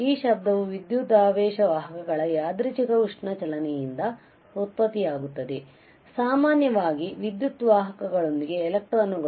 ಈ ಶಬ್ದವು ವಿದ್ಯುದಾವೇಶ ವಾಹಕಗಳ ಯಾದೃಚ್ಛಿಕ ಉಷ್ಣ ಚಲನೆಯಿಂದ ಉತ್ಪತ್ತಿಯಾಗುತ್ತದೆ ಸಾಮಾನ್ಯವಾಗಿ ವಿದ್ಯುತ್ ವಾಹಕದೊಳಗಿನ ಎಲೆಕ್ಟ್ರಾನ್ಗಳು